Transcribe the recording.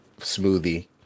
smoothie